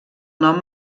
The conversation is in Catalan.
nom